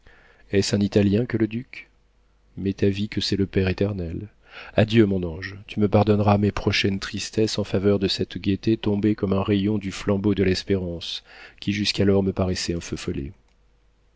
est-ce un italien que le duc m'est avis que c'est le père eternel adieu mon ange tu me pardonneras mes prochaines tristesses en faveur de cette gaieté tombée comme un rayon du flambeau de l'espérance qui jusqu'alors me paraissait un feu follet